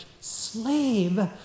Slave